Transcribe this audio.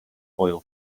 oil